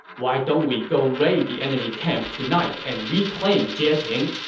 why don't we go raid the enemy camp tonight and reclaim jieting?